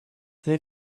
they